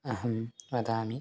अहं वदामि